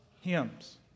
hymns